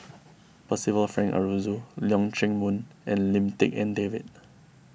Percival Frank Aroozoo Leong Chee Mun and Lim Tik En David